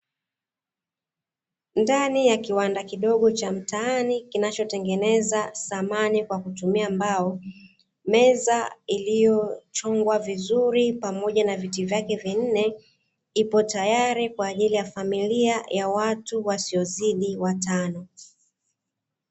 Ndani ya kiwanda kidogo cha mtaani kinachotengeneza samani kwa kutumia mbao. Meza iliyochongwa vizuri pamoja na viti vyake vinne. Ipo tayari kwa ajili ya familia ya watu wasiozidi watano.